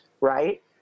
right